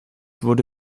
wurde